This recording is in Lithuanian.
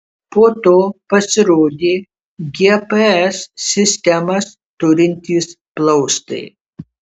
po to pasirodė gps sistemas turintys plaustai